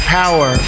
power